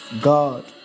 God